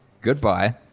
Goodbye